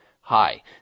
hi